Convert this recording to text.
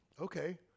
Okay